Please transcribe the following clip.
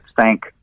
thank